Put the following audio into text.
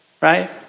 Right